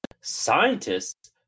scientists